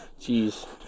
Jeez